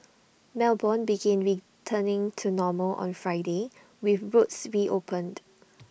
melbourne begin returning to normal on Friday with roads C reopened